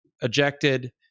ejected